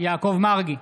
יעקב מרגי,